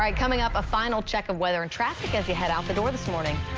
um coming up, a final check of weather and traffic as you head out the door this morning.